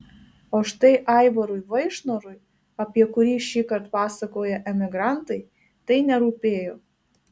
o štai aivarui vaišnorui apie kurį šįkart pasakoja emigrantai tai nerūpėjo